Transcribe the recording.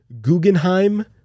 Guggenheim